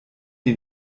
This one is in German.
ihn